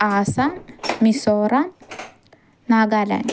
Assam Mizoram Nagaland